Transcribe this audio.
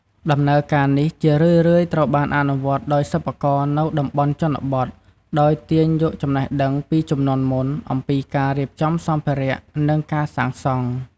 ដំណើរការនេះជារឿយៗត្រូវបានអនុវត្តដោយសិប្បករនៅតំបន់ជនបទ ដោយទាញយកចំណេះដឹងពីជំនាន់មុនអំពីការរៀបចំសម្ភារៈ និងការសាងសង់។